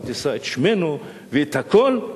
אתה תישא את שמנו ואת הכול,